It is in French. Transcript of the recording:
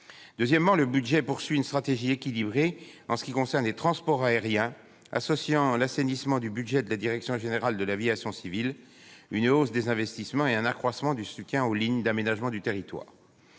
Deuxièmement, le budget traduit une stratégie équilibrée en ce qui concerne les transports aériens, associant l'assainissement du budget de la direction générale de l'aviation civile, une hausse des investissements et un accroissement du soutien aux lignes d'aménagement du territoire.